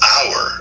Hour